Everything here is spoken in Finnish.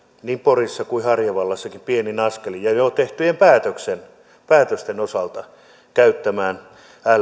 niin porissa kuin harjavallassakin pienin askelin ja jo tehtyjen päätösten osalta käyttämään